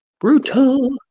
Brutal